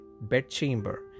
bedchamber